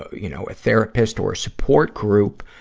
ah you know, a therapist or a support group,